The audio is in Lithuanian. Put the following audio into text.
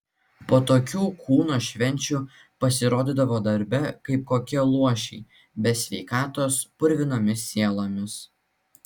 po tokių kūno švenčių pasirodydavo darbe kaip kokie luošiai be sveikatos purvinomis sielomis